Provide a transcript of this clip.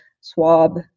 swab